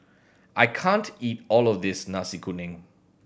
I can't eat all of this Nasi Kuning